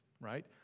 right